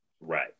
Right